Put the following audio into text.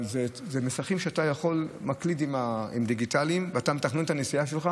אלה מסכים שאתה מקליד דיגיטלי ומתכנן את הנסיעה שלך.